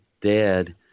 dead